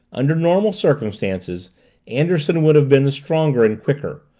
under normal circumstances anderson would have been the stronger and quicker,